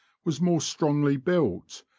was more strongly built,